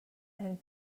and